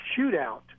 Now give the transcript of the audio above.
shootout